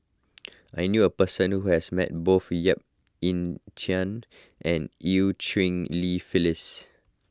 I knew a person who has met both Yap Ee Chian and Eu Cheng Li Phyllis